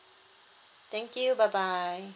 thank you bye bye